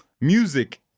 music